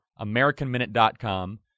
AmericanMinute.com